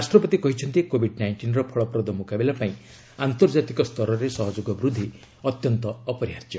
ରାଷ୍ଟ୍ରପତି କହିଛନ୍ତି କୋଭିଡ୍ ନାଇଷ୍ଟିନ୍ର ଫଳପ୍ରଦ ମୁକାବିଲା ପାଇଁ ଆନ୍ତର୍ଜାତିକ ସ୍ତରରେ ସହଯୋଗ ବୁଦ୍ଧି ଅତ୍ୟନ୍ତ ଅପରିହାର୍ଯ୍ୟ